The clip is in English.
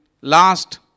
Last